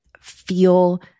feel